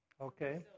okay